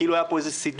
כאילו היה פה איזה סידור,